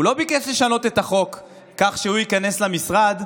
הוא לא ביקש לשנות את החוק כך שכשהוא ייכנס למשרד,